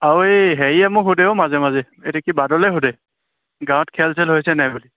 আৰু এই হেৰিয়ে মোক সোধে অ' মাজে মাজে এহেঁতি কি বাদলে সোধে গাঁৱত খেল চেল হৈছে নাই বুলি